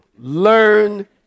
Learn